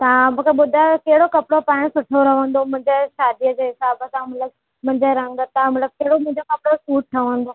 तव्हां मूंखे ॿुधायो कहिड़ो कपिड़ो पाइणु सुठो रहंदो मुंहिंजे शादीअ जे हिसाब सां मतलबु मुंहिंजे रंग सां मतलबु कहिड़ो मुंहिंजो कपिड़ो सूट ठहंदो